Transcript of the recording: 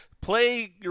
play –